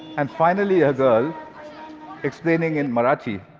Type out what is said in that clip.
and finally a girl explaining in marathi